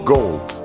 Gold